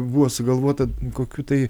buvo sugalvota kokių tai